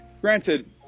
Granted